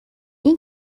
این